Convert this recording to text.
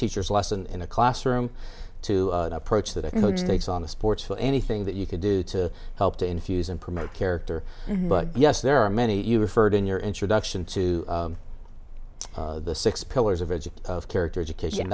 teacher's lesson in a classroom to approach that i think it's on the sports for anything that you could do to help to infuse and promote character but yes there are many you referred in your introduction to the six pillars of edge of character education